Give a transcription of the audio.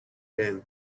then